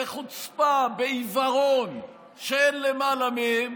בחוצפה ובעיוורון שאין למעלה מהם,